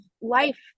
life